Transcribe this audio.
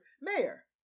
Mayor